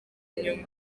inyuma